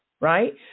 Right